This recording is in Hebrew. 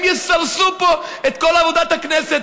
הם יסרסו פה את כל עבודת הכנסת.